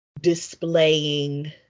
displaying